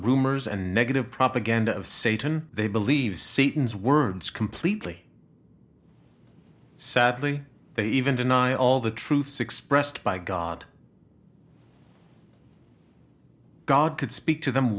rumors and negative propaganda of satan they believe satan's words completely sadly they even deny all the truths expressed by god god could speak to them